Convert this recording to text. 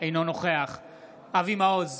אינו נוכח אבי מעוז,